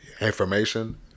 information